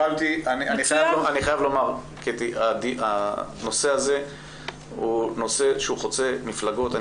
אני חייב לומר שהנושא הזה הוא נושא חוצה מפלגות.